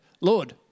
Lord